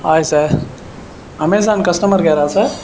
hi sir Amazon customer கேரா sir